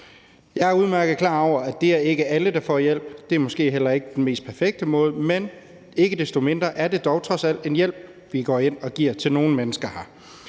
Jeg er udmærket klar over, at det ikke er alle, der får hjælp, og det er måske heller ikke den mest perfekte måde. Men ikke desto mindre er det dog trods alt en hjælp, vi her går ind og giver til nogle mennesker.